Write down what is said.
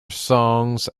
songs